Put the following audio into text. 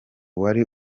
wari